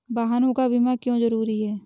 वाहनों का बीमा क्यो जरूरी है?